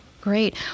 great